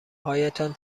هایتان